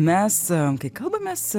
mes kai kalbamės